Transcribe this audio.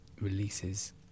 releases